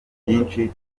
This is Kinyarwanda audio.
byinshi